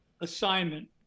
assignment